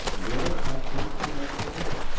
well, i thinks to myself,